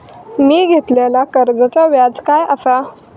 मी घेतलाल्या कर्जाचा व्याज काय आसा?